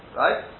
right